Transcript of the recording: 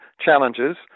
challenges